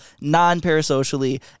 non-parasocially